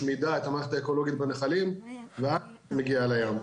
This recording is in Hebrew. משמידה את המערכת האקולוגית בנחלים ואז מגיעה לים.